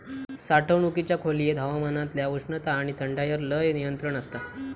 साठवणुकीच्या खोलयेत हवामानातल्या उष्णता आणि थंडायर लय नियंत्रण आसता